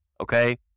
Okay